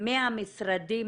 מהמשרדים